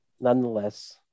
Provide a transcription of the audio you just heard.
Nonetheless